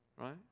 right